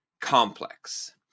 complex